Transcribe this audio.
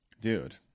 dude